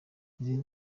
izindi